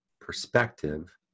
perspective